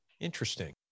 Interesting